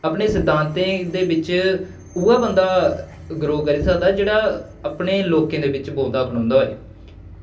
अपने सिद्धांतें ई दे बिच्च उ'ऐ बंदा ग्रो करी सकदा जेह्ड़ा अपने लोकें दे बिच्च बौंह्दा खड़ोंदा